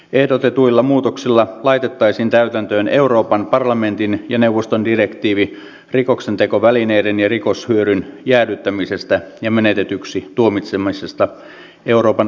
ehdotetuilla muutoksilla laitettaisiin täytäntöön euroopan parlamentin ja neuvoston direktiivi rikoksentekovälineiden ja rikoshyödyn jäädyttämisestä ja menetetyksi tuomitsemisesta euroopan unionissa